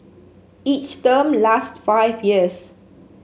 each term lasts five years